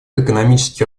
экономический